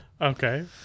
okay